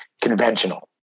conventional